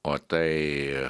o tai